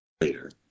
later